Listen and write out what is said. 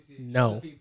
no